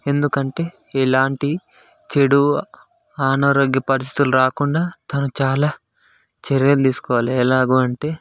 ఎందుకంటే ఎలాంటి చెడు అనారోగ్య పరిస్థితులు రాకుండా తను చాలా చర్యలు తీసుకోవాలి ఎలాగ అంటే